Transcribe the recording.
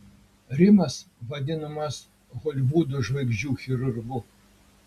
rimas vadinamas holivudo žvaigždžių chirurgu